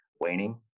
waning